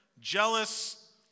jealous